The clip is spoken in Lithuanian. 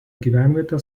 gyvenvietę